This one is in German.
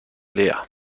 leer